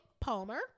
Palmer